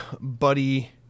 buddy